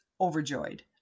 overjoyed